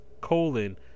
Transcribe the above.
colon